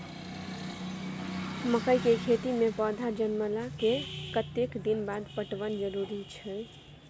मकई के खेती मे पौधा जनमला के कतेक दिन बाद पटवन जरूरी अछि?